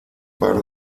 par